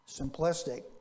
simplistic